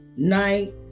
Night